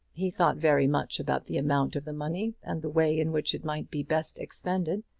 he thought very much about the amount of the money and the way in which it might be best expended,